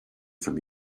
from